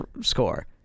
score